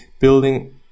Building